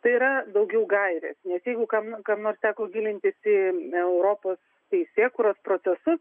tai yra daugiau gairės nes jeigu kam kam nors teko gilintis į europos teisėkūros procesus